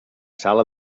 sala